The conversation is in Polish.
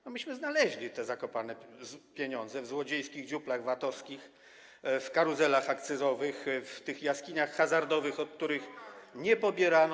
No, myśmy znaleźli te zakopane pieniądze w złodziejskich dziuplach VAT-owskich, w karuzelach akcyzowych, w tych jaskiniach hazardowych, od których nie pobierano.